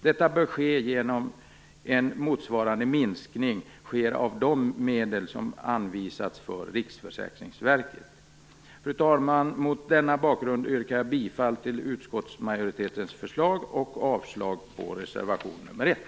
Detta bör ske genom att en motsvarande minskning sker av de medel som anvisats för Riksförsäkringsverket. Fru talman! Mot denna bakgrund yrkar jag bifall till utskottsmajoritetens förslag och avslag på reservation nr 1.